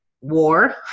war